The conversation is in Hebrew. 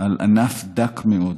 על ענף דק מאוד.